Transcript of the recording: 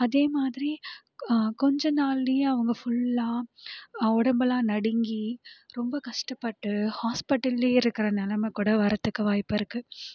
அதே மாதிரி கொஞ்ச நாள்லேயே அவங்க ஃபுல்லாக உடம்பலாம் நடுங்கி ரொம்ப கஷ்டப்பட்டு ஹாஸ்ப்பட்டலே இருக்கிற நிலம கூட வரத்துக்கு வாய்ப்பிருக்குது